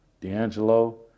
D'Angelo